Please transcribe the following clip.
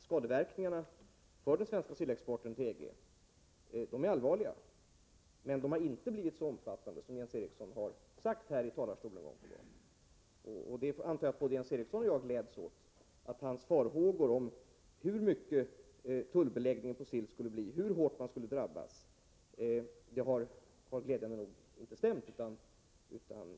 Skadeverkningarna på den svenska sillexporten till EG är allvarliga, men de har inte blivit så omfattande som Jens Eriksson gång på gång har sagt här i talarstolen. Jag antar att både Jens Eriksson och jag glädjer oss åt att hans farhågor och hur stor tullbeläggningen på sill skulle bli och hur hårt man skulle drabbas inte har besannats.